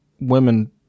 women